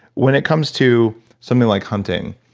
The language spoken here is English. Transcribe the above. when it comes to something like hunting,